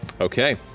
Okay